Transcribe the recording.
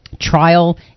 trial